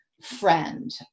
friend